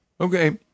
Okay